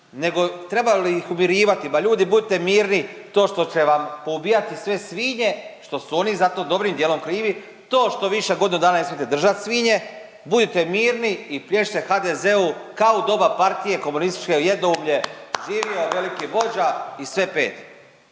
nego treba li ih umirivati pa ljudi budite mirni. To što će vam poubijati sve svinje, što su oni za to dobrim dijelom krivi to što više od godinu dana ne smijete držat svinje budite mirni i plješćite HDZ-u kao u doba partije komunističke, jednoumlje, živio veliki vođa i sve pet.